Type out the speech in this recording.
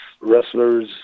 wrestlers